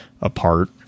apart